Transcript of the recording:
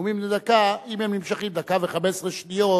נאומים בני דקה, אם הם נמשכים דקה ו-15 שניות,